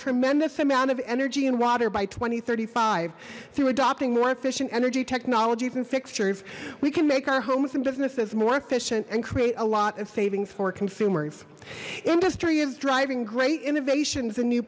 tremendous amount of energy in water by two thousand and thirty five through adopting more efficient energy technologies and fixtures we can make our homes and businesses more efficient and create a lot of savings for consumers industry is driving great innovations and new